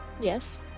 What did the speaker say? Yes